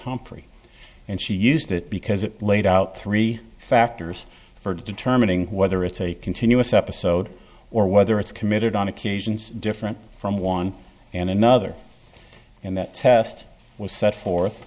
humphrey and she used it because it laid out three factors for determining whether it's a continuous episode or whether it's committed on occasions different from one and another and that test was set forth